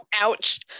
Ouch